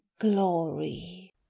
glory